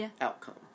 outcome